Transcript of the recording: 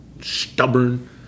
stubborn